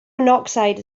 monoxide